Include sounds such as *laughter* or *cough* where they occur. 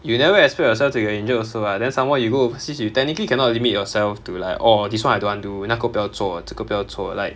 you never expect yourself to get injured also [what] then some more you go overseas you technically cannot limit yourself to like orh this [one] I don't want do 那个不要做这个不要做 like *noise*